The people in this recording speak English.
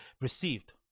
received